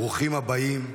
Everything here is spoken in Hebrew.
ברוכים הבאים.